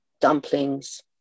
dumplings